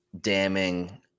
damning